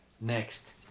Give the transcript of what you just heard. Next